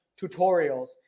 tutorials